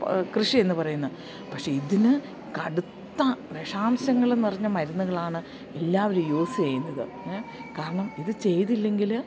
കൃഷി എന്ന് പറയുന്നത് പക്ഷേ ഇതിന് കടുത്ത വിഷാംശങ്ങള് നിറഞ്ഞ മരുന്നുകളാണ് എല്ലാവരും യൂസ് ചെയ്യുന്നത് കാരണം ഇത് ചെയ്തില്ലെങ്കില്